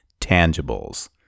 tangibles